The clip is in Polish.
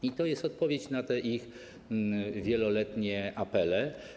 I to jest odpowiedź na te ich wieloletnie apele.